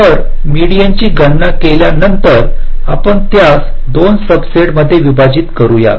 तर मेडीन्स ची गणना केल्यानंतर आपण त्यास 2 सब सेट मध्ये विभाजित करूया